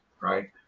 Right